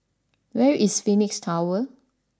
where is Phoenix Tower